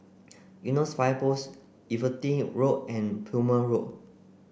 Eunos Fire Post Everitt Road and Plumer Road